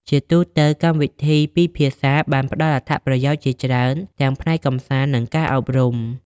ជាទូទៅ កម្មវិធីពីរភាសាបានផ្តល់អត្ថប្រយោជន៍ជាច្រើនទាំងផ្នែកកម្សាន្តនិងការអប់រំ។